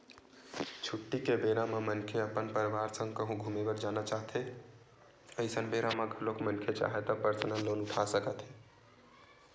छुट्टी के बेरा म मनखे अपन परवार संग कहूँ घूमे बर जाना चाहथें अइसन बेरा म घलोक मनखे चाहय त परसनल लोन उठा सकत हे